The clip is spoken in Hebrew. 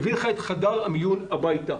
מביא לך את חדר המיון הביתה.